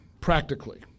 practically